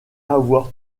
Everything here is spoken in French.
avoir